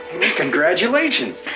Congratulations